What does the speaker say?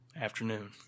afternoon